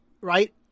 right